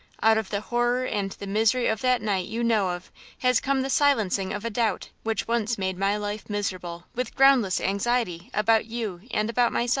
out of the horror and the misery of that night you know of has come the silencing of a doubt which once made my life miserable with groundless anxiety about you and about myself.